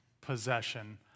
possession